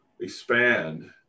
expand